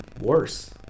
worse